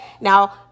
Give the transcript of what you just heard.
now